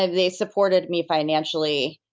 they supported me financially,